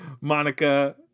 Monica